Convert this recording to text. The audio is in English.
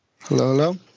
Hello